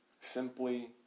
simply